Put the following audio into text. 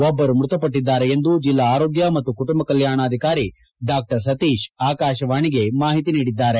ಒಬ್ಬರು ಮೃತಪಟ್ಟಿದ್ದಾರೆ ಎಂದು ಜಲ್ಲಾ ಆರೋಗ್ಯ ಮತ್ತು ಕುಟುಂಬ ಕಲ್ಕಾಣ ಅಧಿಕಾರಿ ಡಾ ಸತೀಶ್ ಆಕಾಶವಾಣಿಗೆ ಮಾಹಿತಿ ನೀಡಿದ್ದಾರೆ